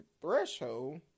threshold